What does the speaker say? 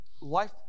life